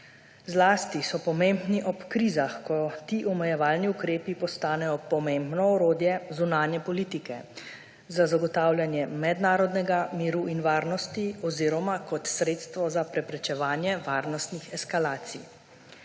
Zlasti so pomembni ob krizah, ko ti omejevalni ukrepi postanejo pomembno orodje zunanje politike. Za zagotavljanje mednarodnega miru in varnosti oziroma kot sredstvo za preprečevanje varnostnih eskalacij.